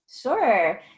Sure